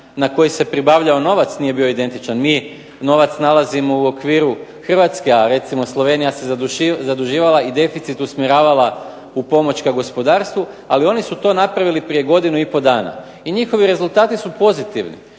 na koji se pribavljao novac nije bio identičan. Mi novac nalazimo u okviru Hrvatske, a recimo Slovenija se zaduživala i deficit usmjeravala u pomoć ka gospodarstvu. Ali oni su to napravili prije godinu i pol dana i njihovi rezultati su pozitivni.